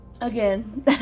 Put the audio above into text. again